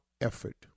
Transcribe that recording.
effort